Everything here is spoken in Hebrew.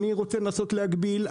אני רוצה לנסות להגביל,